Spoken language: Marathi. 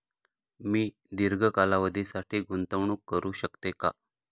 मी दीर्घ कालावधीसाठी गुंतवणूक करू शकते का?